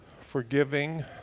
Forgiving